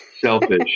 selfish